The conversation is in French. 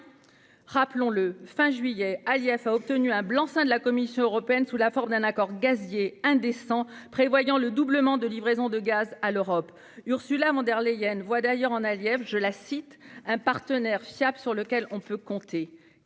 Rappelons-le : fin juillet, Aliyev a obtenu un blanc-seing de la Commission européenne sous la forme d'un accord gazier prévoyant le doublement des livraisons de gaz à l'Europe. Ursula von der Leyen voit d'ailleurs en Aliyev un « partenaire fiable et sur lequel on peut compter ».